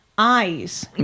Eyes